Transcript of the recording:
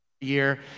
year